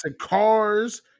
cars